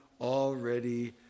already